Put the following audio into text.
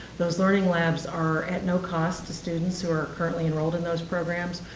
those learning labs are at no cost to students who are currently enrolled in those programs,